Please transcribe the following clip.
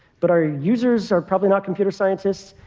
but our users are probably not computer scientists.